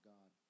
God